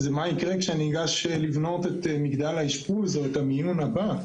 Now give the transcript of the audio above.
מה יקרה כשאני אגש לבנות מגדל האשפוז או את המיון הבא?